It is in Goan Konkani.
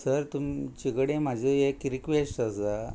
सर तुमचे कडेन म्हाजो एक रिक्वेस्ट आसा